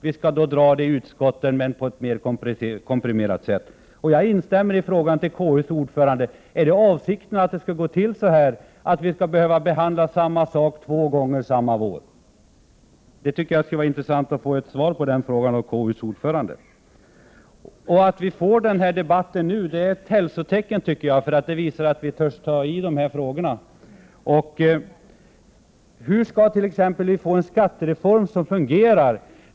Vi får arbeta med dessa frågor i utskottet men på ett mer komprimerat sätt. Jag instämmer i frågan till konstitutionsutskottets ordförande: Är avsikten att vi skall behöva behandla samma sak två gånger samma vår? Det vore intressant att få ett svar på den frågan av konstitutionsutskottets ordförande. Det är ett hälsotecken att vi har denna debatt nu. Det visar att vi törs ta i dessa frågor. Hur skall vi t.ex. kunna få en skattereform som fungerar?